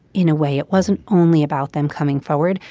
in a way it wasn't only about them coming forward.